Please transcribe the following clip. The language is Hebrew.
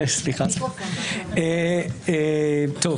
אנחנו